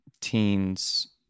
teens